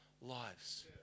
lives